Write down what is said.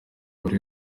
buri